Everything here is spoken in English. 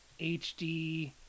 HD